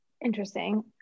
interesting